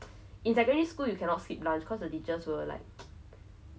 not like very went very smoothly I guess the only